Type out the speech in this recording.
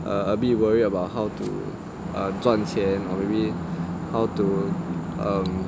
a bit worry about how to um 赚钱 or maybe how to um